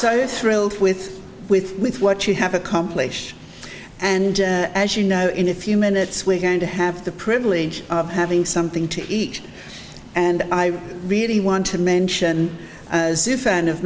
so thrilled with with with what you have accomplished and as you know in a few minutes we're going to have the privilege of having something to eat and i really want to mention